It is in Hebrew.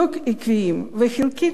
וחלקית הם צעדים שגויים.